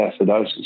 acidosis